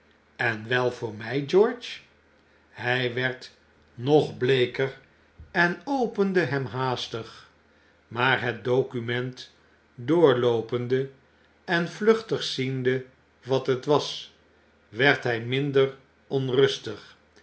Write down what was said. en wel voor my george hy werd nog bleeker en opende hem haastig maar het document doorloopende en vluchtig ziende wat het was werd hy minder onrustig